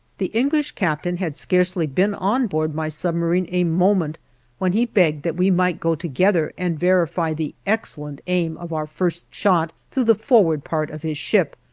the english captain had scarcely been on board my submarine a moment when he begged that we might go together and verify the excellent aim of our first shot through the forward part of his ship,